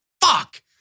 fuck